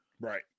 Right